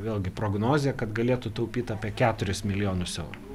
vėlgi prognozė kad galėtų taupyti apie keturis milijonus eurų